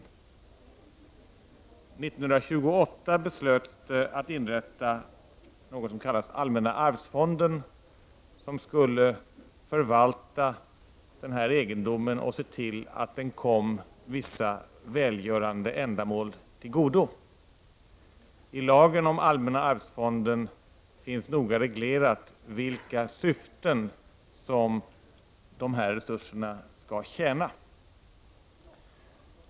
År 1928 beslutades att det skulle inrättas något som skulle kallas allmänna arvsfonden, som skulle förvalta denna egendom och se till att den kom vissa välgörande ändamål till godo. I lagen om allmänna arvsfonden finns noga reglerat vilka syften som dessa resurser skall tjäna.